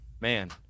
Man